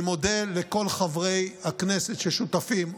אני מודה לכל חברי הכנסת ששותפים,